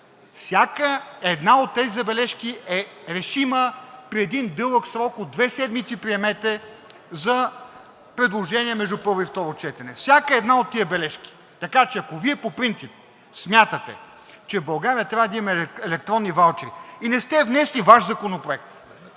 Всяка една от тези забележки е решима. При един дълъг срок от две седмици приемете за предложения между първо и второ четене всяка една от тези бележки, така че ако Вие по принцип смятате, че в България трябва да имаме електронни ваучери и не сте внесли Ваш законопроект,